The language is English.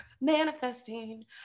manifesting